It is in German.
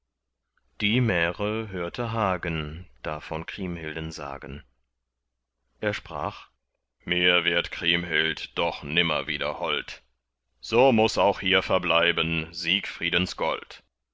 die märe hörte hagen da von kriemhilden sagen er sprach mir wird kriemhild doch nimmer wieder hold so muß auch hier verbleiben siegfriedens gold